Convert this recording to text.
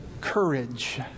courage